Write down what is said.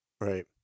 Right